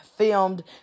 filmed